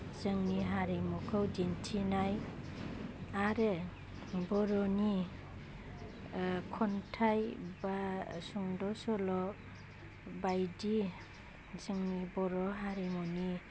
जोंनि हारिमुखौ दिन्थिनाय आरो बर'नि खन्थाइ बा संद' सल' बायदि जोंनि बर' हारिमुनि